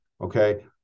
okay